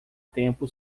tempo